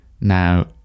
Now